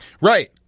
Right